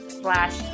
slash